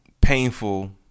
Painful